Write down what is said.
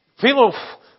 People